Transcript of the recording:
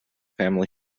family